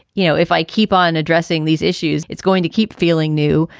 you know, if i keep on addressing these issues, it's going to keep feeling new,